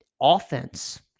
offense